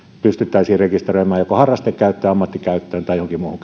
pystyttäisiin rekisteröimään joko harrastekäyttöön ammattikäyttöön tai johonkin muuhun